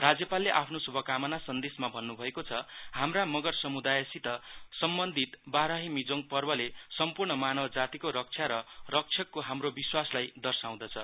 राज्यपालले आफ्नो शुभकामना सन्देशमा भन्नुभएको छहाम्रा मगर सामुदयसित सम्बन्धित बाराहिमीजोङ पर्वले सम्पूर्ण मानव जातिको रक्षा र रक्षकको हाम्रो विश्वासलाई दर्शाउँदछ